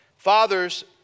Fathers